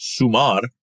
SUMAR